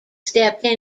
stepped